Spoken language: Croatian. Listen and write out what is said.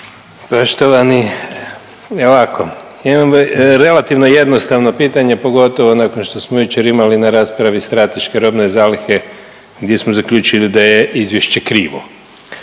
Poštovani ovako. Imam relativno jednostavno pitanje pogotovo nakon što smo jučer imali na raspravi strateške robne zalihe gdje smo zaključili da je izvješće krivo.